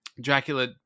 Dracula